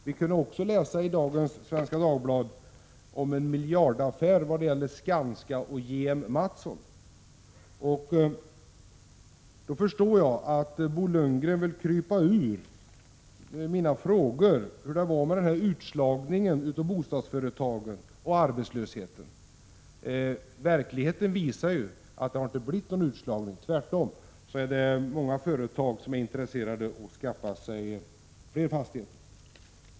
Vi kunde också i dagens Svenska Dagbladet läsa om en miljardaffär mellan Skanska och JM. Jag förstod att Bo Lundgren vill krypa bort från mina frågor om utslagningen av bostadsföretagen och om arbetslösheten. Verkligheten visar juatt det inte blivit någon utslagning. Tvärtom är många företag intresserade av att skaffa sig fler fastigheter.